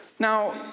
Now